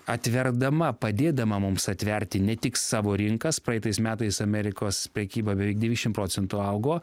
atverdama padėdama mums atverti ne tik savo rinkas praeitais metais amerikos prekyba beveik devyniasdešimt procentų augo